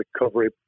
recovery